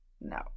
No